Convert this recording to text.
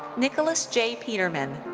nicholas j. peterman.